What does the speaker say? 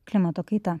klimato kaita